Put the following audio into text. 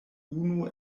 unu